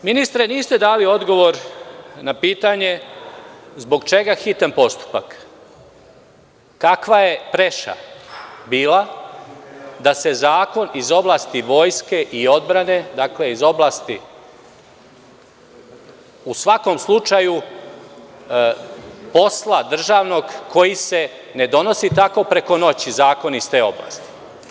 Ministre, niste dali odgovor na pitanje zbog čega hitan postupak, kakva je preša bila da se zakon iz oblasti vojske i odbrane, iz oblasti posla državnog, koji se ne donosi tak preko noći, zakon iz te oblasti.